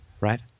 right